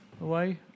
away